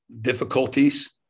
difficulties